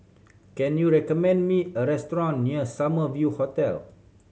can you recommend me a restaurant near Summer View Hotel